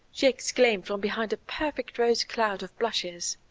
she exclaimed from behind a perfect rose cloud of blushes.